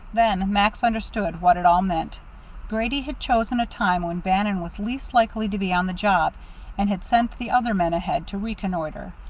then max understood what it all meant grady had chosen a time when bannon was least likely to be on the job and had sent the other man ahead to reconnoitre.